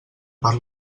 per